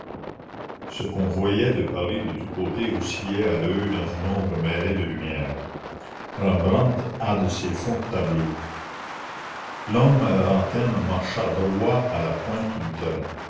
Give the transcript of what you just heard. ce qu'on voyait de paris de tous côtés oscillait à l'oeil dans une ombre mêlée de lumière rembrandt a de ces fonds de tableau l'homme à la lanterne marcha droit à la pointe du terrain